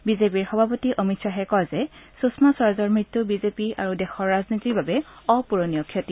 বিজেপিৰ সভাপতি অমিত শ্বাহে কয় যে সুষমা স্বৰাজৰ মৃত্যু বিজেপি আৰু দেশৰ ৰাজনীতিৰ বাবে অপূৰণীয় ক্ষতি